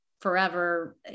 forever